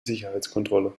sicherheitskontrolle